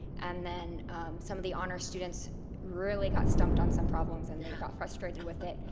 and then some of the honors students really got stumped on some problems, and they got frustrated with it.